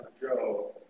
Joe